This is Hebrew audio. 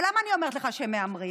אבל למה אני אומרת לך שהם מהמרים?